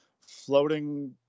floating